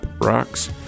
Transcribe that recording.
rocks